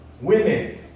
Women